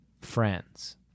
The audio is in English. friends